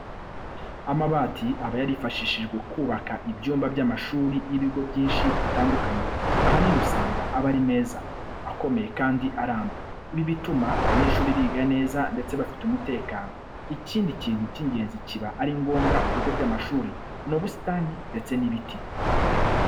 Amabati aba yarifashishijwe hubakwa ibyumba by'amashuri y'ibigo byinshi bitandukanye, ahanini usanga aba ari meza, akomeye kandi aramba. Ibi bituma abanyeshuri biga neza ndetse bafite umutekano. Ikindi kintu cy'ingenzi kiba ari ngombwa mu bigo by'amashuri ni ubusitani ndetse n'ibiti.